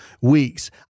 weeks